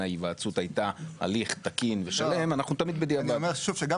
יש הודעה מראש ומישהו צריך